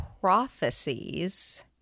prophecies